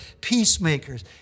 peacemakers